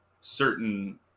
certain